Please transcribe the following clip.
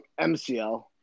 MCL